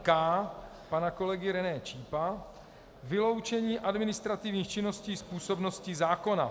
K pana kolegy René Čípa, vyloučení administrativních činností z působnosti zákona.